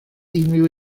unrhyw